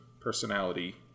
personality